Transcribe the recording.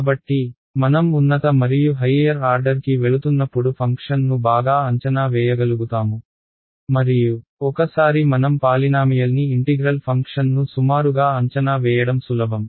కాబట్టి మనం ఉన్నత మరియు హైయ్యర్ ఆర్డర్ కి వెళుతున్నప్పుడు ఫంక్షన్ను బాగా అంచనా వేయగలుగుతాము మరియు ఒకసారి మనం పాలినామియల్ని ఇంటిగ్రల్ ఫంక్షన్ను సుమారుగా అంచనా వేయడం సులభం